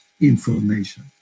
information